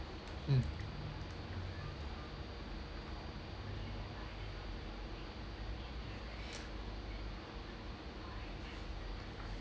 mm